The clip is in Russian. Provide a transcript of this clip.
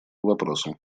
вопросом